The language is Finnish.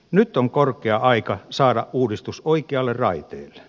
nyt on korkea aika saada uudistus oikealle raiteelle